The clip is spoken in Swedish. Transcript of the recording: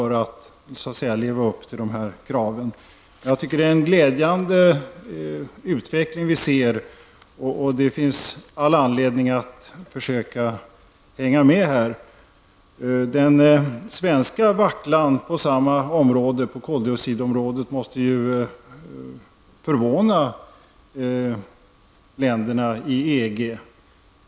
Det är en mycket glädjande utveckling, och det finns all anledning att försöka hänga med. Den svenska vacklan på koldioxidområdet måste förvåna länderna i EG.